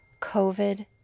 COVID